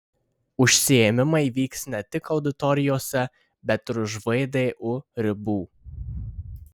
užsiėmimai vyks ne tik auditorijose bet ir už vdu ribų